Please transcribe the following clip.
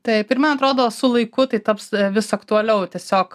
taip ir man atrodo su laiku tai taps vis aktualiau tiesiog